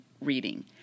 reading